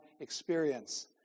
experience